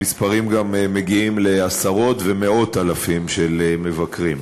המספרים גם מגיעים לעשרות ומאות אלפים של מבקרים.